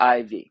IV